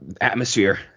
atmosphere